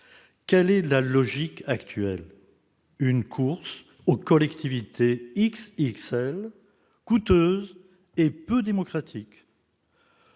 Quelle est la logique actuelle ? Une course aux collectivités « XXL », coûteuses et peu démocratiques